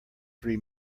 three